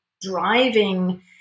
driving